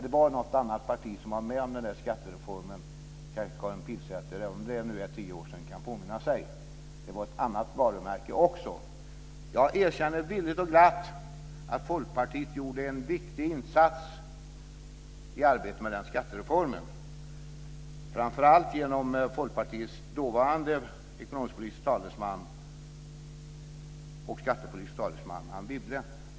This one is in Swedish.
Det var något annat parti som var med om den skattereformen, som Karin Pilsäter, även om det nu är tio år sedan, kan påminna sig. Det var ett annat varumärke också. Jag erkänner villigt och glatt att Folkpartiet gjorde en viktig insats i arbetet med den skattereformen, framför allt genom Folkpartiets dåvarande ekonomisk-politiska talesman och skattepolitiska talesman Anne Wibble.